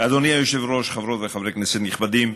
אדוני היושב-ראש, חברות וחברי כנסת נכבדים,